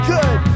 Good